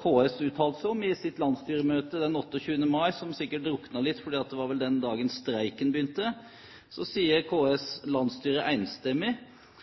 KS seg om på sitt landsstyremøte den 28. mai, som sikkert druknet litt, for det var vel den dagen streiken begynte. KS’ landstyre sier enstemmig: